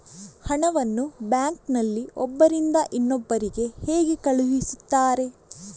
ಹಣವನ್ನು ಬ್ಯಾಂಕ್ ನಲ್ಲಿ ಒಬ್ಬರಿಂದ ಇನ್ನೊಬ್ಬರಿಗೆ ಹೇಗೆ ಕಳುಹಿಸುತ್ತಾರೆ?